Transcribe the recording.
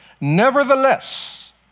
Nevertheless